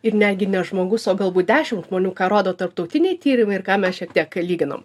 ir netgi ne žmogus o galbūt dešimt žmonių ką rodo tarptautiniai tyrimai ir ką mes šiek tiek lyginom